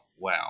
Wow